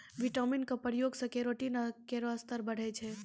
vitamin क प्रयोग सें केरोटीन केरो स्तर बढ़ै छै